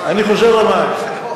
אני חוזר למים.